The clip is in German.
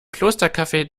klostercafe